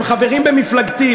הם חברים במפלגתי,